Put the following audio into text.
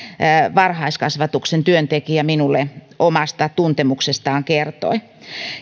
varhaiskasvatuksen työntekijä minulle omasta tuntemuksestaan kertoi